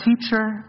Teacher